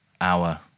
hour